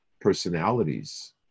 personalities